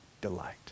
delight